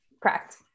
correct